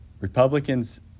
Republicans